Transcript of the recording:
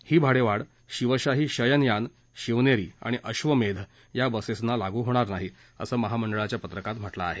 ही भाडेवाढ शिवशाही शयनयान शिवनेरी आणि अब्रमेध या बसेसला लागू होणार नाही असं महामंडळाच्या पत्रकात म्हटलं आहे